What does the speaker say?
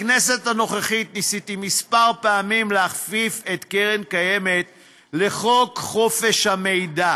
בכנסת הנוכחית ניסיתי כמה פעמים להכפיף את קרן קיימת לחוק חופש המידע,